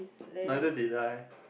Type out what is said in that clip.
neither did I